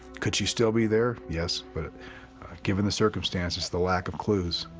could she still be there? yes. but given the circumstances the lack of clues